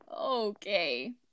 Okay